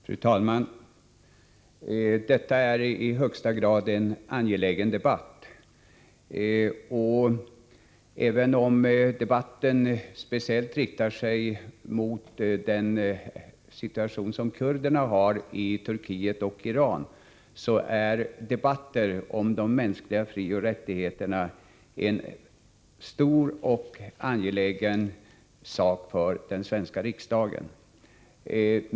Fru talman! Detta är i högsta grad en angelägen debatt. Även om den speciellt inriktas på kurdernas situation i Turkiet och Iran är debatter om de mänskliga frioch rättigheterna stora och viktiga debatter för den svenska riksdagen.